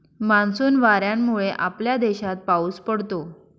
monsoon वाऱ्यांमुळे आपल्या देशात पाऊस पडतो